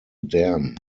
dam